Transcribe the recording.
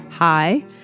Hi